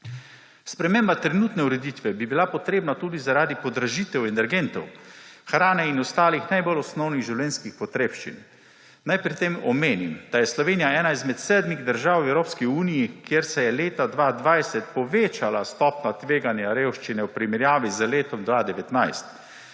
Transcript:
Sprememba trenutne ureditve bi bila potrebna tudi zaradi podražitev energentov, hrane in ostalih najbolj osnovnih življenjskih potrebščin. Naj pri tem omenim, da je Slovenija ena izmed sedmih držav v Evropski uniji, kjer se je leta 2020 povečala stopnja tveganja revščine v primerjavi z letom 2019.